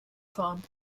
fahren